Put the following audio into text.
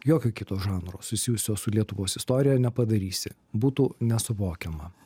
jokio kito žanro susijusio su lietuvos istorija nepadarysi būtų nesuvokiama